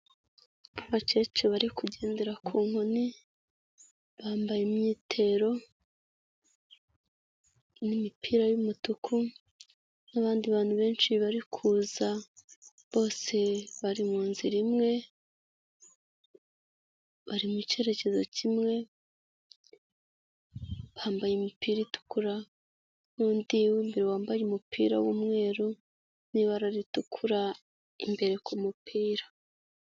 Abakecuru bari kugendera ku nkoni, bambaye imyitero n'imipira y'umutuku n'abandi bantu benshi bari kuza bose bari mu nzira imwe, bari mu cyerekezo kimwe, bambaye imipira itukura n'undi w'imbere wambaye umupira w'umweru n'ibara ritukura imbere ku mupira.